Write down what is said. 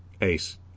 Ace